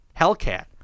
Hellcat